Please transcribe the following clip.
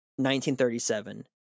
1937